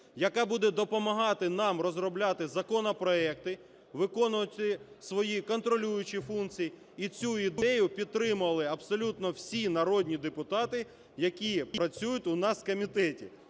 яка буде допомагати нам розробляти законопроекти, виконувати свої контролюючі функції. І цю ідею підтримали абсолютно всі народні депутати, які працюють у нас в комітеті.